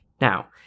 Now